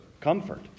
comfort